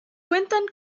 cuentan